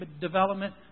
development